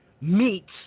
meets